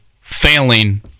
failing